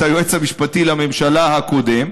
את היועץ המשפטי לממשלה הקודם.